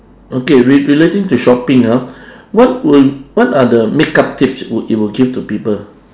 okay re~ relating to shopping ah what will what are the makeup tips would you will give to people